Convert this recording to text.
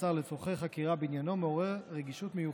מעצר לצורכי חקירה בעניינו מעורר רגישות מיוחדת.